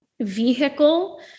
vehicle